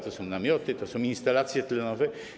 To są namioty, to są instalacje tlenowe.